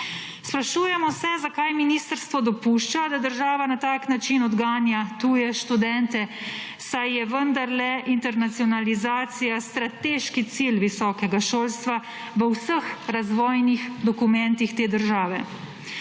Sprašujemo se, zakaj ministrstvo dopušča, da država na tak način odganja tuje študente, saj je vendar internacionalizacija strateški cilj visokega šolstva v vseh razvojnih dokumentih te države.